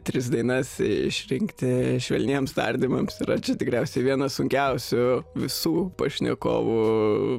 tris dainas išrinkti švelniems tardymams yra čia tikriausiai vienas sunkiausių visų pašnekovų